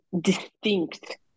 distinct